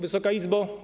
Wysoka Izbo!